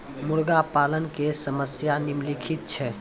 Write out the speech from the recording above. मुर्गा पालन के समस्या निम्नलिखित छै